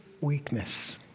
weakness